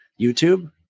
youtube